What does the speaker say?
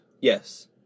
Yes